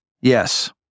Yes